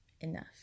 enough